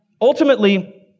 Ultimately